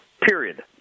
period